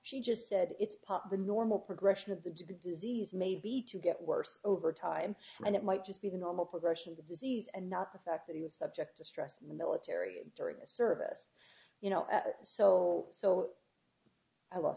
she just said it's part of the normal progression of the disease maybe to get worse over time and it might just be the normal progression of disease and not the fact that he was subject to stress in the military during a service you know so so